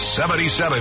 77